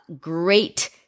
great